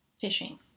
fishing